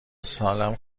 سالم